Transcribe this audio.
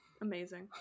Amazing